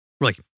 Right